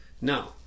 no